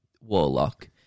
warlock